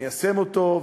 ניישם אותו,